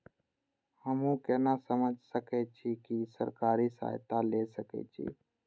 हमू केना समझ सके छी की सरकारी सहायता ले सके छी?